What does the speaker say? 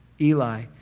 Eli